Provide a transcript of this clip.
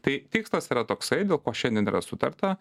tai tikslas yra toksai dėl ko šiandien yra sutarta